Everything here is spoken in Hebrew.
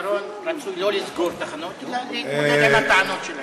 בעיקרון רצוי שלא לסגור תחנות אלא להתמודד עם הטענות שלהן.